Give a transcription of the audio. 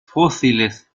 fósiles